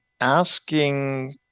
asking